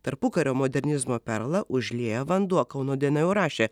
tarpukario modernizmo perlą užlieja vanduo kauno diena jau rašė